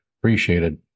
appreciated